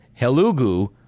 Helugu